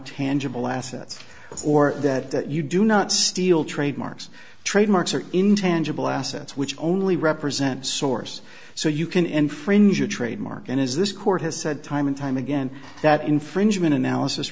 tangible assets or that you do not steal trademarks trademarks or intangible assets which only represent source so you can infringe your trademark and as this court has said time and time again that infringement analysis